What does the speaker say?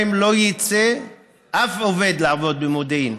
לא יצא אף עובד לעבוד במודיעין.